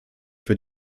für